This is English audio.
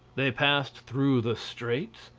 they passed through the straits,